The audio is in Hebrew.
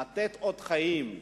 לתת אות חיים,